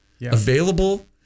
available